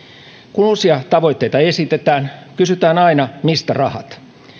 kun uusia tavoitteita esitetään kysytään aina mistä rahat